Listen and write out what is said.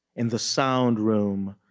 in the sound room,